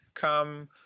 come